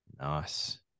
nice